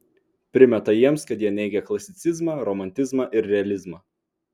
primeta jiems kad jie neigią klasicizmą romantizmą ir realizmą